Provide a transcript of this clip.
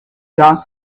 dust